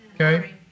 Okay